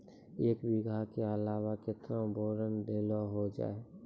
एक बीघा के अलावा केतना बोरान देलो हो जाए?